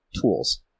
tools